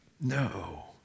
No